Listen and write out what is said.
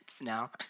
now